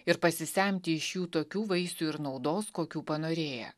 ir pasisemti iš jų tokių vaisių ir naudos kokių panorėję